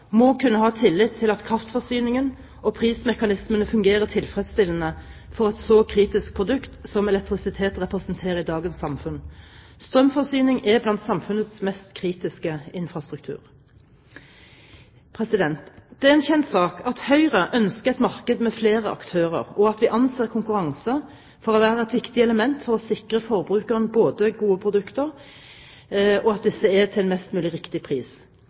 må kunne ha tillit til at kraftforsyningen og prismekanismene fungerer tilfredsstillende for et så kritisk produkt som elektrisitet representerer i dagens samfunn. Strømforsyning er blant samfunnets mest kritiske infrastruktur. Det er en kjent sak at Høyre ønsker et marked med flere aktører, og at vi anser konkurranse for å være et viktig element for å sikre forbrukerne både gode produkter og produkter til mest mulig riktig pris.